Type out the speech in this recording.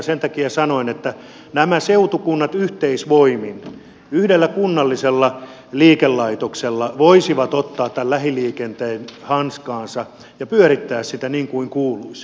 sen takia sanoin että nämä seutukunnat yhteisvoimin yhdellä kunnallisella liikelaitoksella voisivat ottaa tämän lähiliikenteen hanskaansa ja pyörittää sitä niin kuin kuuluisi